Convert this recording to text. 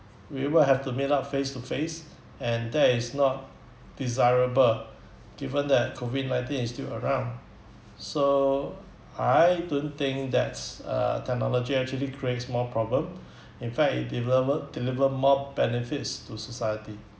we will have to meet up face to face and that is not desirable given that COVID nineteen is still around so I don't think that's uh technology actually creates more problem in fact it deliver deliver more benefits to society